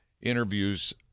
interviews